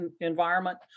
environment